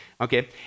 Okay